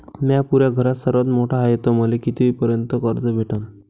म्या पुऱ्या घरात सर्वांत मोठा हाय तर मले किती पर्यंत कर्ज भेटन?